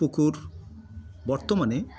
পুকুর বর্তমানে